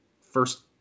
first